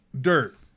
dirt